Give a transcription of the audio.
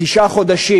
תשעה חודשים.